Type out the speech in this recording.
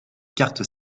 cartes